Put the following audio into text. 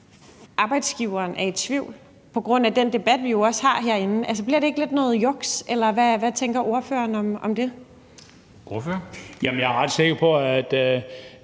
arbejdsgiveren er i tvivl på grund af den debat, vi jo også har herinde? Altså, bliver det ikke lidt noget juks, eller hvad tænker ordføreren om det? Kl. 17:26 Formanden (Henrik Dam